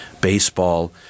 baseball